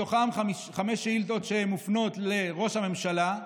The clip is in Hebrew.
מתוכן חמש שאילתות שמופנות לראש הממשלה,